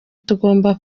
tugomba